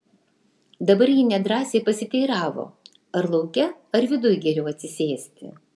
dabar ji nedrąsiai pasiteiravo ar lauke ar viduj geriau atsisėsti